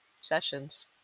sessions